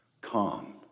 Calm